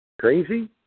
Crazy